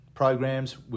programs